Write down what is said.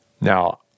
Now